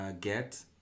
get